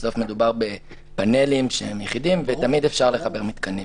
בסוף מדובר בפאנלים שהם יחידים ותמיד אפשר לחבר מתקנים.